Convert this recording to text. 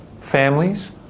families